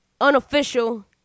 unofficial